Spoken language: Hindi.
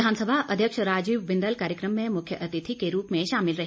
विधानसभा अध्यक्ष राजीव बिंदल कार्यक्रम में मुख्य अतिथि के रूप में शामिल रहे